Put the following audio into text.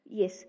Yes